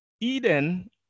Eden